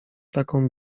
taką